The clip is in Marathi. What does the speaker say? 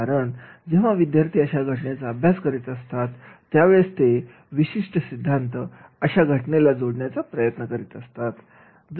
कारण जेव्हा विद्यार्थी अशा घटनेचा अभ्यास करत असतात त्यावेळेस ते विशिष्ट सिद्धांत अशा घटनेला जोडण्याचा प्रयत्न करीत असतात